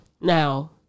Now